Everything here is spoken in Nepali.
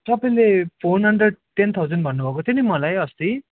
तपाईँले फोन हन्ड्रेड टेन थाउजन्ड भन्नुभएको थियो नि मलाई अस्ति